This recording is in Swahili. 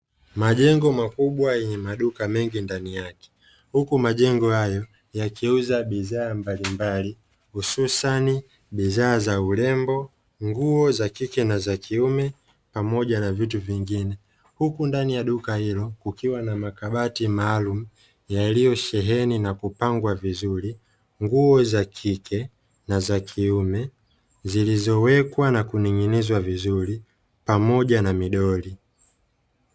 Majengo makubwa yenye maduka mengi ndani yake, huku majengo hayo yakiuza bidhaa mbalimbali hususani bidhaa za urembo, nguo za kike na za kiume pamoja na vitu vingine. Huku ndani ya duka hilo kukiwa na makabati maalumu, yaliyosheheni na kupangwa vizuri nguo za kike na za kiume, zilizowekwa na kuning'izwa vizuri pamoja na midoli.